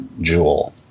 jewel